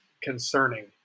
concerning